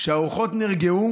כשהרוחות נרגעו